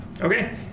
okay